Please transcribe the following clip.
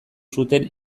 zuten